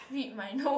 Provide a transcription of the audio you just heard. read my note